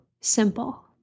simple